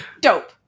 Dope